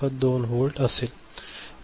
2 volt असेल